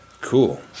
cool